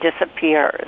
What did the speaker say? disappears